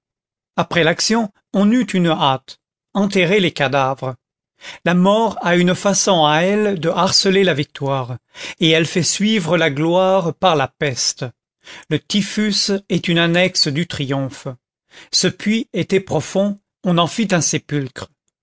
après l'action on eut une hâte enterrer les cadavres la mort a une façon à elle de harceler la victoire et elle fait suivre la gloire par la peste le typhus est une annexe du triomphe ce puits était profond on en fit un sépulcre